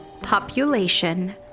Population